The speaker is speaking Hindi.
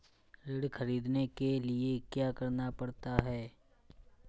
ऋण ख़रीदने के लिए क्या करना पड़ता है?